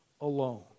alone